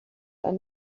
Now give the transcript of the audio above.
and